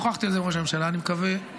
שוחחתי על זה עם ראש הממשלה, אני מקווה, שוב,